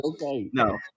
no